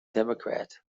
democrat